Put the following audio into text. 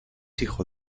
hijo